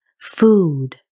food